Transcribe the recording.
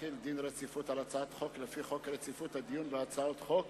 רציפות על הצעת החוק הבאות: הצעת חוק